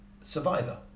Survivor